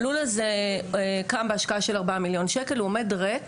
הלול הזה הוקם בהשקעה של 4 מיליון שקלים וכרגע